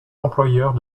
employeurs